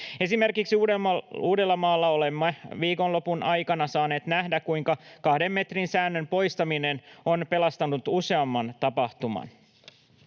Esimerkiksi Uudellamaalla olemme viikonlopun aikana saaneet nähdä, kuinka kahden metrin säännön poistaminen on pelastanut useamman tapahtuman.